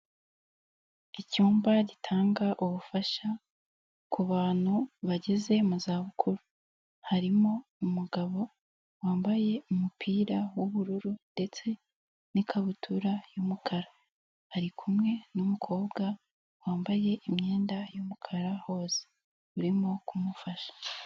Icyumba gitanga ubufasha, ku bantu bageze mu zabukuru. Harimo umugabo wambaye umupira w'ubururu, ndetse n'ikabutura y'umukara. Ari kumwe n'umukobwa, wambaye imyenda y'umukara hose. Urimo kumufasha.